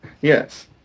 Yes